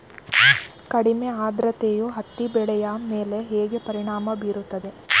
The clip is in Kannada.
ಕಡಿಮೆ ಆದ್ರತೆಯು ಹತ್ತಿ ಬೆಳೆಯ ಮೇಲೆ ಹೇಗೆ ಪರಿಣಾಮ ಬೀರುತ್ತದೆ?